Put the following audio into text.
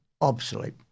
obsolete